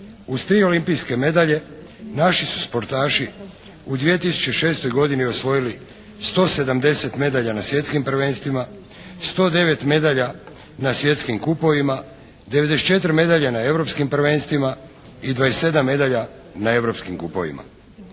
Uz tri olimpijske medalje naši su sportaši u 2006. godini osvojili 170 medalja na svjetskim prvenstvima, 109 medalja na svjetskim kupovima, 94 medalje na europskim prvenstvima i 27 medalja na europskim kupovima.